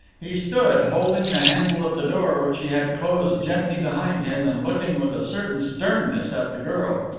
he stood, holding the handle of the door, which he had closed gently behind him, and looking with a certain sternness at the girl.